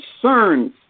concerns